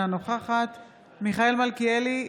אינה נוכחת מיכאל מלכיאלי,